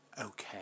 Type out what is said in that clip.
okay